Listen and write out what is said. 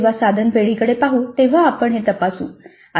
आपण जेव्हा साधन पेढींकडे पाहू तेव्हा आपण हे तपासू